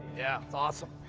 yeah, it's awesome.